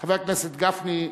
חבר הכנסת גפני,